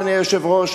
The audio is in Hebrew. אדוני היושב-ראש,